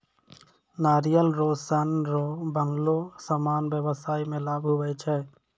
नारियल रो सन रो बनलो समान व्याबसाय मे लाभ हुवै छै